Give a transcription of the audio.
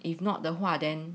if not 的话 then